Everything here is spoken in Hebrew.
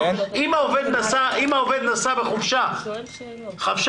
אם העובד נסע לחופשה וחזר,